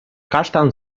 kasztan